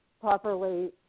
properly